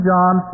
John